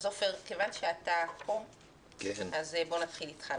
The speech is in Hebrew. אז עופר, כיוון שאתה פה נתחיל איתך.